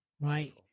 right